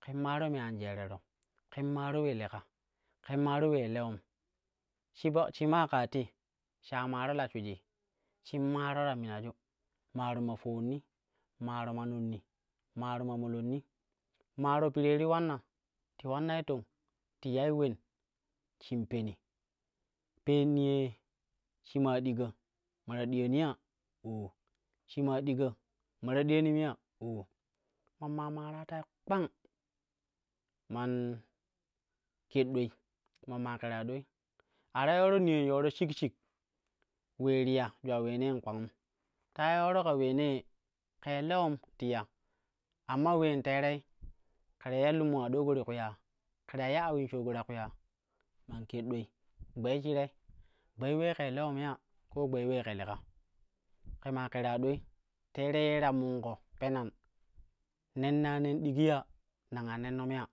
Ƙen maaro me an jerero, ƙen maaro ule leka, ƙen maaro ulee lewom, shi bo shimaa ƙaa te, shaa maato la shuijii shin maaro ta minaju, maaro ma fowonni, maaro ma nonni, maaro ma molonni, maaro piree ti ulanna ti ulanni tong, ti yai ulen shin ta diyani ya oo, shima diga ma ta diyani ya oo, shima diga ma ta diyanim ya oo, man maa maara tei kpang man ƙer doi, man maa ƙero doi, a ta yoro niyai yoro shik shik ulee ti ya jwal uleeneen ƙpangum ta iya yoro ƙa uleenee ƙei lewon ti ya amma uleen terei ƙe ta iya lunman aɗooko ti ƙwi ya, ke ta iya awin shoovo ti ta kwi ya man ƙer ɗoi gbei shire, gbei ulee ƙei lewon ya ko gbei ulee ke leka. Ƙe maa ƙera doi teerai ye ta munko penan, nenna ne digi ya nam a nennom ya,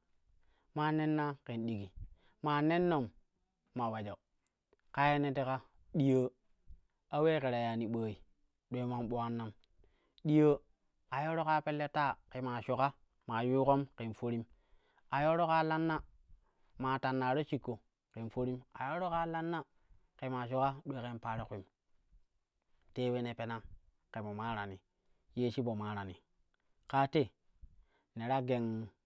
maa nenna ƙen ɗigi maa nennom ma uleji, ka ye ne teka ɗiyaa a ulee ƙe ta yana ɓooi ɗilei man ɓulannam, ɗiya a yooro ƙaa pelle ta ma ƙe shoka maa yuukom ƙen forim a yooro ƙan lanna maa tannaro shiko ken forim, a yooro ƙaa lanna ƙe maa shoka ɗwei ƙen paroo kulim te ule ne pena ƙe po maarani ye shi po maarani ƙaa te ne ta geng.